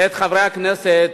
חברי הכנסת,